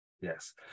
Yes